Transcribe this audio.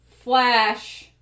flash